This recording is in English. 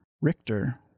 Richter